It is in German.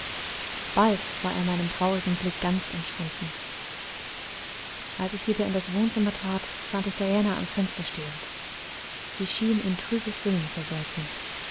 bald war er meinem traurigen blick ganz entschwunden als ich wieder in das wohnzimmer trat fand ich diana am fenster stehend sie schien in trübes sinnen versunken